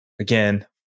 Again